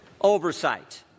Oversight